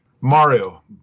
Mario